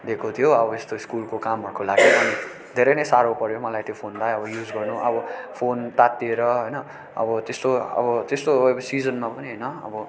दिएको थियो अब यस्तो स्कुलको कामहरूको लागि धेरै नै सारो पऱ्यो मलाई त्यो फोनलाई अब युज गर्नु अब फोन तात्तिएर होइन अब त्यस्तो अब सिजनमा पनि होइन